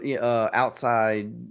outside